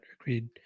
Agreed